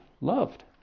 loved